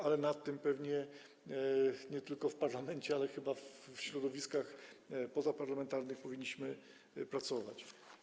Ale nad tym pewnie nie tylko w parlamencie, ale także chyba w środowiskach pozaparlamentarnych powinniśmy pracować.